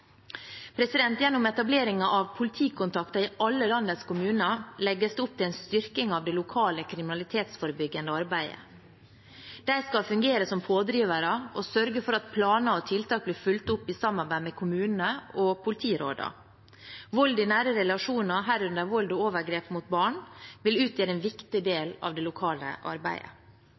Gjennom etableringen av politikontakter i alle landets kommuner legges det opp til en styrking av det lokale kriminalitetsforebyggende arbeidet. De skal fungere som pådrivere og sørge for at planer og tiltak blir fulgt opp i samarbeid med kommunene og politirådene. Vold i nære relasjoner, herunder vold og overgrep mot barn, vil utgjøre en viktig del av det lokale arbeidet.